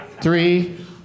Three